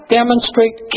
demonstrate